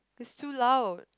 it's too loud